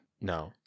No